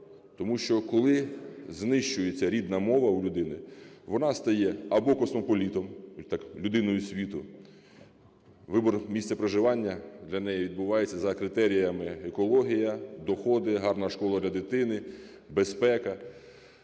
Тому що коли знищується рідна мова у людини, вона стає або космополітом (людиною світу, вибір місця проживання для неї відбувається за критеріями: екологія, доходи, гарна школа для дитини, безпека),